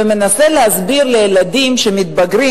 ומנסה להסביר לילדים שמתבגרים,